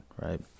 right